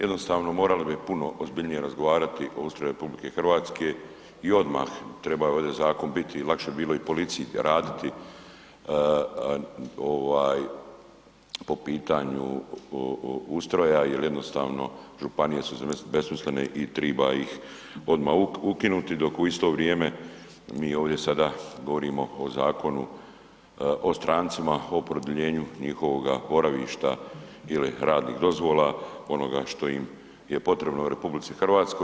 Jednostavno morali bi puno ozbiljnije razgovarati o ustroju RH i odmah bi trebao ovdje zakon biti, lakše bi bilo i policiji raditi ovaj po pitanju ustroja jer jednostavno županije su besmislene i triba ih odmah ukinuti, dok u isto vrijeme mi ovdje govorimo o Zakonu o stancima, o produljenju njihovoga boravišta ili radnih dozvola onoga što im je potrebno u RH.